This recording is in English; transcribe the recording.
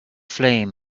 flame